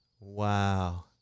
Wow